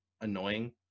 annoying